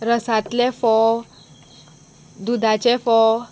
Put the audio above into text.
रसांतले फोव दुदाचे फोव